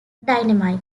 dynamite